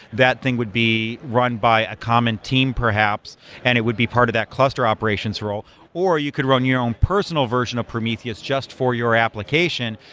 that thing would be run by a common team perhaps and it would be part of that cluster operations role or you could run your own personal version of prometheus just for your application,